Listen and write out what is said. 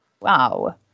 Wow